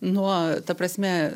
nuo ta prasme